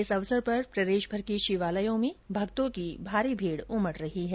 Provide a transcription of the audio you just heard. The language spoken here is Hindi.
इस अवसर पर प्रदेशभर के शिवालयों में भक्तों की भीड उमड रही है